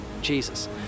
Jesus